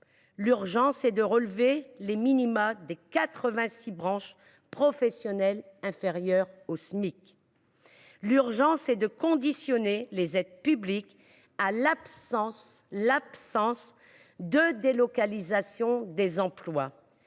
L’urgence est de relever les minima de quatre vingt six branches professionnelles, qui sont inférieurs au Smic. L’urgence est de conditionner les aides publiques à l’absence de délocalisation des emplois